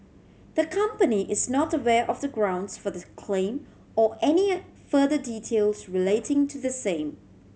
the company is not aware of the grounds for the claim or any further details relating to the same